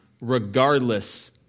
regardless